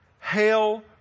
Hail